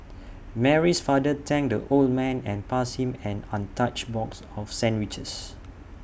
Mary's father thanked the old man and passed him an untouched box of sandwiches